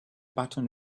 button